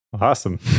Awesome